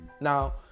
Now